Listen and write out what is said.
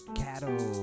cattle